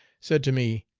said to me,